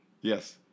Yes